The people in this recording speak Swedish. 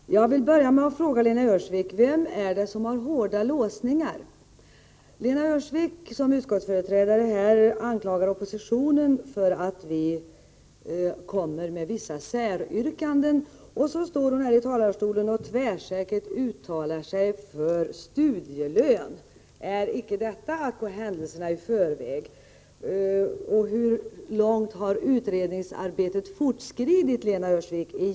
Fru talman! Jag vill börja med att fråga Lena Öhrsvik vem det är som har hårda låsningar. Lena Öhrsvik, som här företräder utskottsmajoriteten, anklagar oppositionen för att vi kommer med vissa säryrkanden. Sedan står hon i talarstolen och gör tvärsäkra uttalanden för studielön. Är icke detta att gå händelserna i förväg? Hur långt har utredningsarbetet egentligen fortskridit, Lena Öhrsvik?